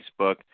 Facebook –